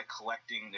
collecting